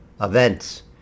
events